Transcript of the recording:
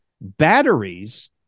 batteries